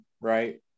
right